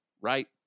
right